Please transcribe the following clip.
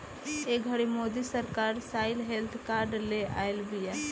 ए घड़ी मोदी सरकार soil health card ले आइल बिया